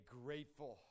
grateful